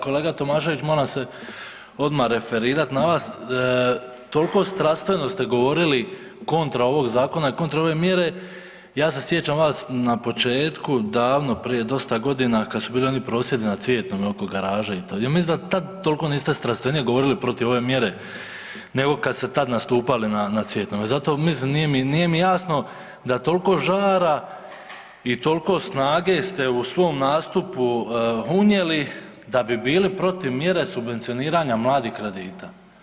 Kolega Tomašević, moram se odmah referirati na vas, toliko strastveno ste govorili kontra ovog zakona i kontra ove mjere, ja se sjećam vas na početku, davno prije dosta godina kad su bili oni prosvjedi na Cvjetnom oko garaže, ja mislim da tad toliko niste strastvenije govorili protiv ove mjere nego kad ste tad nastupali na Cvjetnome, zato mislim, nije mi jasno da toliko žara i toliko snage ste u svom nastupu unijeli da bi bili protiv mjere subvencioniranja mladih kredita.